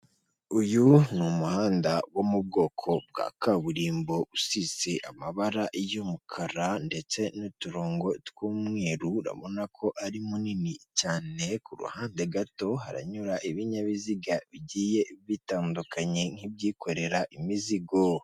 Uyu ni umuhanda wo mu bwoko bwa kaburimbo, usize amabara y'umukara ndetse n'uturongo tw'umweru, urabona ko ari munini cyane, ku rundi ruhande gato haranyura ibinyabiziga bigiye bitandukanye nk'ibyikorera imizigo.